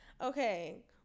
Okay